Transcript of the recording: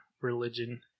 religion